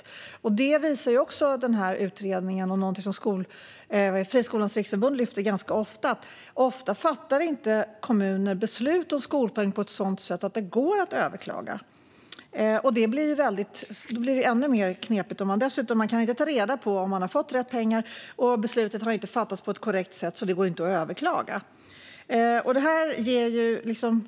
Utredningen visar - och detta är något som Friskolornas riksförbund lyfter fram ganska ofta - att kommuner dessutom ofta fattar beslut om skolpeng på ett sätt som gör att det inte går att överklaga. Det gör det hela ännu knepigare. Man kan inte ta reda på om man har fått rätt pengar, och beslutet har dessutom inte fattats på ett korrekt sätt och går därför inte att överklaga.